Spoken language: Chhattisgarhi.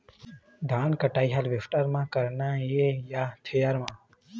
धान कटाई हारवेस्टर म करना ये या थ्रेसर म?